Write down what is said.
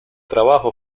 trabajo